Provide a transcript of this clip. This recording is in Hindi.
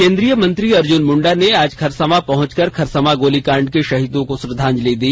केंद्रीय मंत्री अर्जुन मुंडा ने आज खरसावां पहुंच कर खरसावां गोलीकांड के शहीदों को श्रद्वांजलि दी